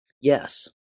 Yes